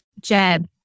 Jeb